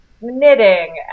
knitting